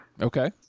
Okay